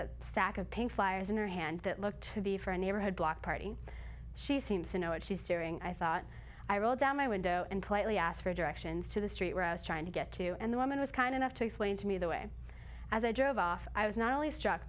a stack of pink flyers in her hand that looked to be for a neighborhood block party she seems to know what she's doing i thought i rolled down my window and politely asked for directions to the street where i was trying to get to and the woman was kind enough to explain to me the way as i drove off i was not only struck